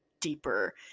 deeper